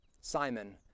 Simon